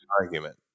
argument